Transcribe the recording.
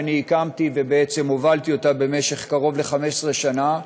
שהקמתי והובלתי במשך קרוב ל-15 שנה.